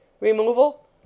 removal